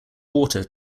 water